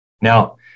Now